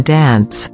dance